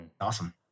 Awesome